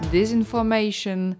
Disinformation